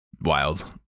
wild